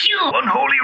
Unholy